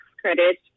credit